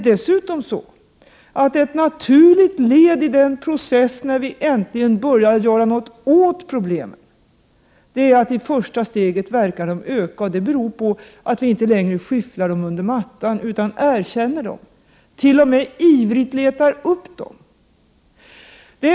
Dessutom är det ett naturligt led i processen när vi nu äntligen börjar göra någonting åt problemen att de i första steget verkar öka. Det beror på att vi inte längre skyfflar dem under mattan utan erkänner dem, t.o.m. ivrigt letar upp dem.